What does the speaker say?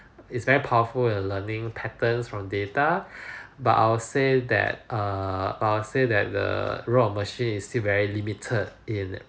it's very powerful in learning patterns from data but I will say that err but I would say that the err the role of machine is very limited in